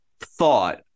thought